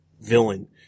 villain